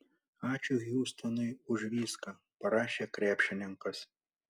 ačiū hjustonui už viską parašė krepšininkas